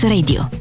Radio